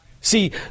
See